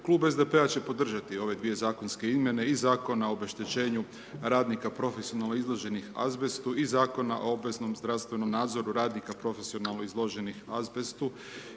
Klub SDP-a će podržati ove dvije zakonske izmjene iz Zakona o obeštećenju radnika profesionalno izloženih azbestu i Zakona o obveznom zdravstvenom nadzoru radnika profesionalno izloženih azbestu